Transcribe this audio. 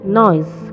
noise